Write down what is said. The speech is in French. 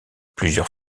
plusieurs